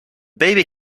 baby